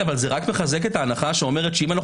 זה רק מחזק את ההנחה שאומרת שאם אנחנו